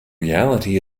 reality